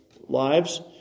lives